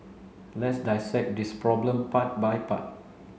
let's dissect this problem part by part